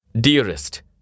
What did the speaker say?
Dearest